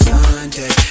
Sunday